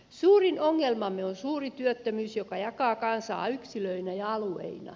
suurin ongelmamme on suuri työttömyys joka jakaa kansaa yksilöinä ja alueina